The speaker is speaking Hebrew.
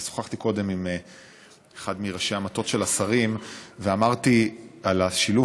ושוחחתי קודם עם אחד מראשי המטות של השרים ודיברתי על השילוב